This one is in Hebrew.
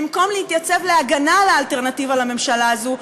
במקום להתייצב להגנה על האלטרנטיבה לממשלה הזו,